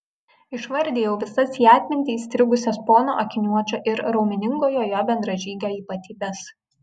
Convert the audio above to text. išvardijau visas į atmintį įstrigusias pono akiniuočio ir raumeningojo jo bendražygio ypatybes